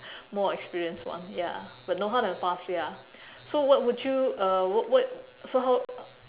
more experienced one ya but no hard and fast ya so what would you uh what what so how